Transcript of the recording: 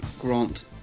Grant